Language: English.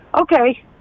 Okay